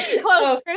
close